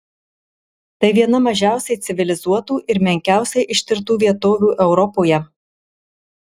tai viena mažiausiai civilizuotų ir menkiausiai ištirtų vietovių europoje